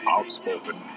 Outspoken